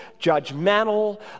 judgmental